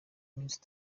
minsi